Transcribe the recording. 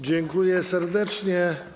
Dziękuję serdecznie.